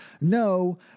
no